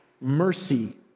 mercy